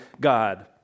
God